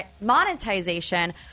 monetization